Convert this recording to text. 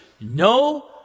No